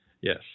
Yes